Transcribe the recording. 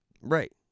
Right